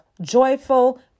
Joyful